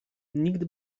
nikt